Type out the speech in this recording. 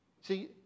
See